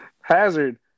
Hazard